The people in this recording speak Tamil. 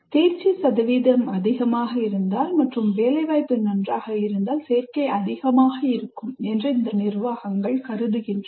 தேர்ச்சி சதவீதம் அதிகமாக இருந்தால் மற்றும் வேலைவாய்ப்பு நன்றாக இருந்தால் சேர்க்கை அதிகமாக இருக்கும் என்று இந்த நிர்வாகங்கள் கருதுகின்றன